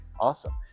awesome